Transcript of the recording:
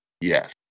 Yes